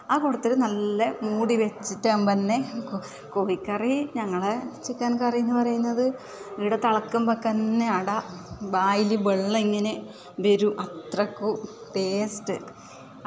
അത് കൊടുത്തിട്ട് നല്ല മൂടി വച്ചിട്ടാകുമ്പം തന്നെ കോഴിക്കറി ഞങ്ങളുടെ ചിക്കൻ കറി എന്ന് പറയുന്നത് ഇവിടെ തിളക്കുമ്പം തന്നെ അവിടെ വായില് വെള്ളം ഇങ്ങനെ വരും അത്രയ്ക്ക് ടേസ്റ്റ്